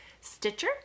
stitcher